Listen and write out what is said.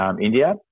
India